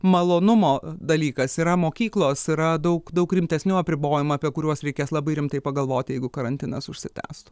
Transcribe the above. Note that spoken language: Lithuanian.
malonumo dalykas yra mokyklos yra daug daug rimtesnių apribojimų apie kuriuos reikės labai rimtai pagalvoti jeigu karantinas užsitęstų